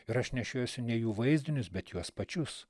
ir aš nešiojuosi ne jų vaizdinius bet juos pačius